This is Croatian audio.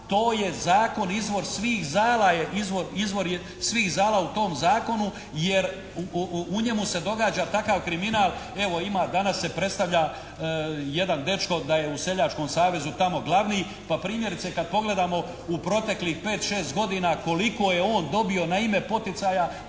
svih zala je izvor je svih zala u tom zakonu, jer u njemu se događa takav kriminal. Evo ima, danas se predstavlja jedan dečko da je u seljačkom savezu tamo glavni, pa primjerice kad pogledamo u proteklih 5, 6 godina koliko je on dobio na ime poticaja.